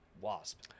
Wasp